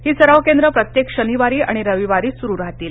ही केंद्र प्रत्येक शनिवारी आणि रविवारी सुरू राहतील